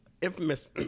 infamous